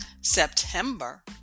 September